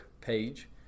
page